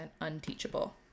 unteachable